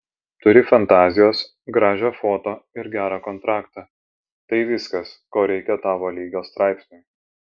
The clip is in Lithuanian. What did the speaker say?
turi fantazijos gražią foto ir gerą kontraktą tai viskas ko reikia tavo lygio straipsniui